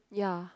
ya